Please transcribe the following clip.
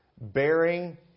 bearing